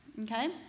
okay